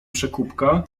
przekupka